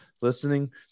listening